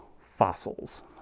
fossils